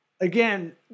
again